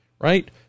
right